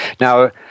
Now